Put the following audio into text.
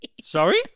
Sorry